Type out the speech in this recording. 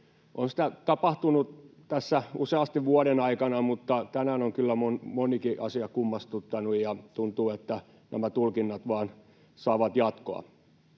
On sitä tapahtunut tässä useasti vuoden aikana, mutta tänään on kyllä monikin asia kummastuttanut, ja tuntuu, että nämä tulkinnat vaan saavat jatkoa.